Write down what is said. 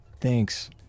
Thanks